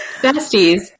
Besties